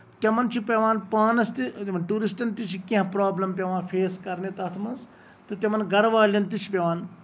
تِمن چھُ پیوان پانَس تہِ یِمن ٹوٗرِسٹن چھ کیٚنٛہہ پروبلِم پیوان فیس کَرٕنۍ تَتھ منٛز تہٕ تِمن گرٕ والین تہِ چھُ پیوان